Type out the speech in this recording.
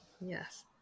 Yes